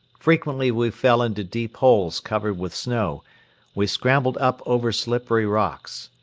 frequently we fell into deep holes covered with snow we scrambled up over slippery rocks.